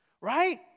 right